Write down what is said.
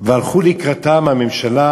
והלכה לקראתם הממשלה,